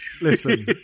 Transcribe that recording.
Listen